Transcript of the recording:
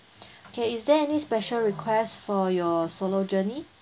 okay is there any special request for your solo journey